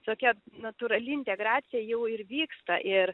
tokia natūrali integracija jau ir vyksta ir